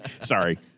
Sorry